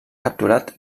capturat